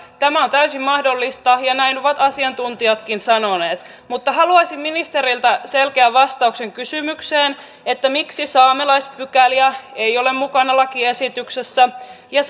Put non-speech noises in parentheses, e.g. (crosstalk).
tämä on täysin mahdollista ja näin ovat asiantuntijatkin sanoneet mutta haluaisin ministeriltä selkeän vastauksen kysymykseen miksi saamelaispykäliä ei ole mukana lakiesityksessä ja (unintelligible)